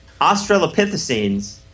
Australopithecines